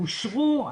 אושרו,